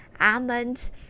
almonds